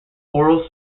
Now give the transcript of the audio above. oral